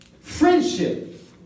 Friendship